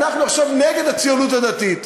אנחנו עכשיו נגד הציונות הדתית.